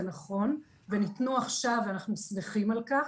נכון והם ניתנו עכשיו ואנחנו שמחים על כך.